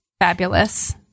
Fabulous